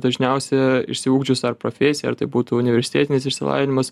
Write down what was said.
dažniausia išsiugdžius ar profesiją ar tai būtų universitetinis išsilavinimas